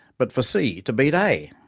but for c to beat a!